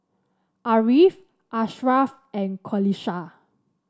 Ariff Asharaff and Qalisha